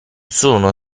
sono